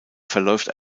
verläuft